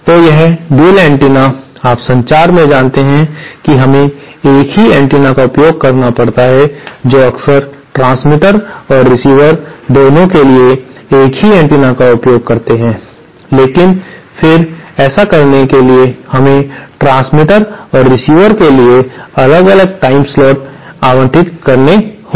तो एक साझा एंटीना आप संचार में जानते हैं कि हमें एक ही एंटीना का उपयोग करना पड़ता है जो अक्सर ट्रांसमीटर और रिसीवर दोनों के लिए एक ही एंटीना का उपयोग करते हैं लेकिन फिर ऐसा करने के लिए हमें ट्रांसमीटर और रिसीवर के लिए अलग अलग टाइमस्लॉट आवंटित करना होगा